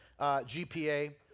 GPA